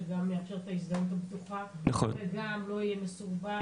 שגם מאפשר את ההזדהות הבטוחה וגם לא יהיה מסורבל?